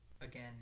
again